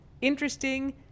interesting